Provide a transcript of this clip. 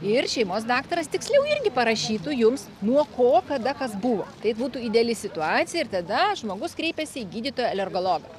ir šeimos daktaras tiksliau irgi parašytų jums nuo ko kada kas buvo tai būtų ideali situacija ir tada žmogus kreipiasi į gydytoją alergologą